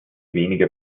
wenige